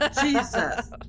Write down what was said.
Jesus